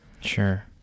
sure